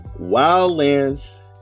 Wildlands